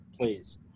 please